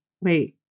wait